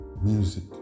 Music